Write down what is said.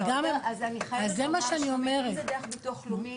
אז זה מה שאני אומרת --- אם זה דרך ביטוח לאומי,